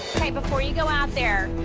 okay, before you go out there,